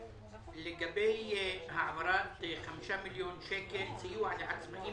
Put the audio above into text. לגבי העברה של 5 מיליון שקלים סיוע לעצמאים